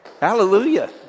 Hallelujah